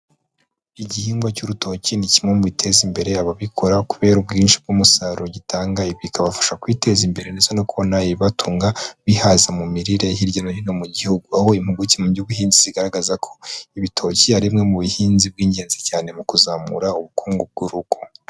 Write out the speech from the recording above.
Igihingwa cy'urutoki ni kimwe mu biteza imbere ababikora kubera ubwinshi bw'umusaruro gitanga, ibi bikabafasha kwiteza imbere ndetse no kubona ibibatunga bihaza mu mirire hirya no hino mu gihugu, aho impuguke mu by'ubuhinzi zigaragaza ko ibitoki ari bumwe mu buhinzi bw'ingenzi cyane mu kuzamura ubukungu bw'urugo.